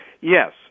Yes